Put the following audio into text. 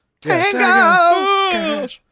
Tango